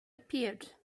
appeared